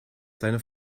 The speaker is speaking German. seine